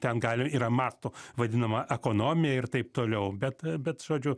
ten gali yra masto vadinama ekonomija ir taip toliau bet bet žodžiu